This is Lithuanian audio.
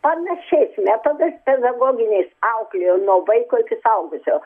panašiais metodais pedagoginiais auklėjau nuo vaiko iki suaugusio